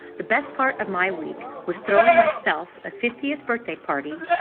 the best part of my week was throwing myself a fiftieth birthday party,